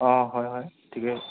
অ হয় হয় ঠিকে